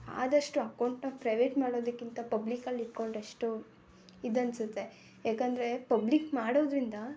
ಆದಷ್ಟು ಅಕೌಂಟ್ನ ಪ್ರೈವೇಟ್ ಮಾಡೋದಕ್ಕಿಂತ ಪಬ್ಲಿಕಲ್ಲಿ ಇಟ್ಕೊಂಡ್ರೆ ಎಷ್ಟೋ ಇದು ಅನ್ನಿಸುತ್ತೆ ಯಾಕೆಂದ್ರೆ ಪಬ್ಲಿಕ್ ಮಾಡೋದರಿಂದ